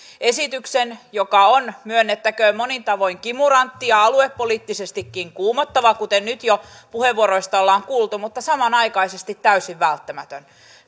esityksen joka on myönnettäköön monin tavoin kimurantti ja aluepoliittisestikin kuumottava kuten nyt jo puheenvuoroista ollaan kuultu mutta samanaikaisesti täysin välttämätön